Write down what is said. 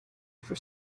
for